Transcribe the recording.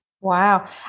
Wow